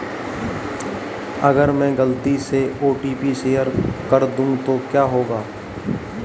अगर मैं गलती से ओ.टी.पी शेयर कर दूं तो क्या होगा?